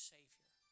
Savior